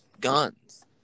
guns